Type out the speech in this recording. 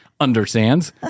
understands